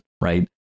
right